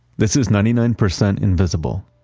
this is ninety nine percent invisible.